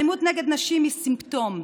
אלימות נגד נשים היא סימפטום,